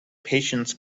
patience